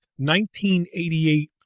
1988